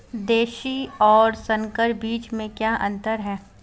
देशी और संकर बीज में क्या अंतर है?